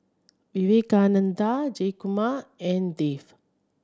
Vivekananda Jayakumar and Dev